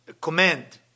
command